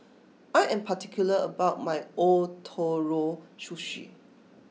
I am particular about my Ootoro Sushi